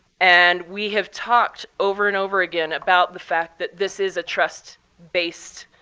and we have talked over and over again about the fact that this is a trust based